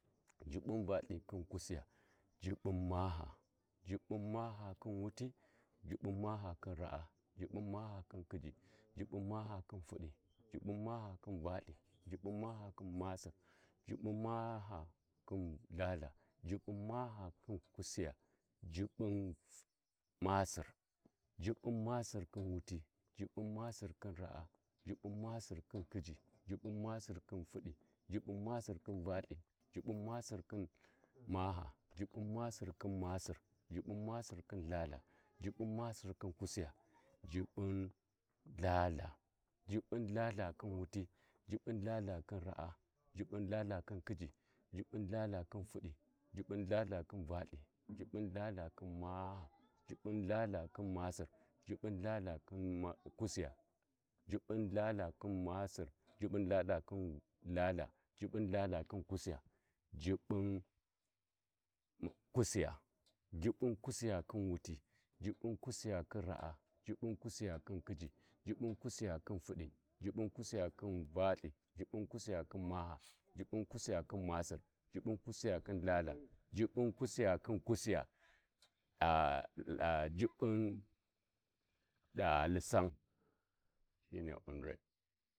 gha lai muna ngulma ti fiwi hi Vurdiwu sai muna paghau Wulthani Din Wultha Subu niya kat ghi ndaka ƙuƙƙusin ma gaba tsigau ma kidkidai wi wi ndaka kuʒa p’iyatina ma zha wali ma zhayiya di kutighama ma umma ti ghumasi kutighuma ghan khin wuya bu hi ndaka uman lthin gwan ghaghausin lthingwan Sai ya umma.